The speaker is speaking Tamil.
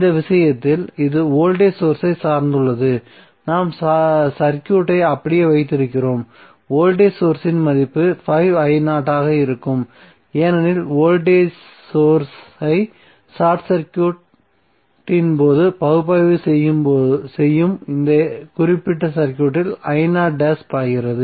இந்த விஷயத்தில் இது வோல்டேஜ் சோர்ஸ் ஐ சார்ந்துள்ளது நாம் சர்க்யூட்டை அப்படியே வைத்திருக்கிறோம் வோல்டேஜ் சோர்ஸ் இன் மதிப்பு ஆக இருக்கும் ஏனெனில் வோல்டேஜ் சோர்ஸ் ஐ ஷார்ட் சர்க்யூட்டின் போது பகுப்பாய்வு செய்யும் இந்த குறிப்பிட்ட சர்க்யூட்டில் பாய்கிறது